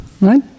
right